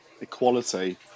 equality